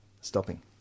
stopping